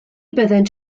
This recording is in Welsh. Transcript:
byddent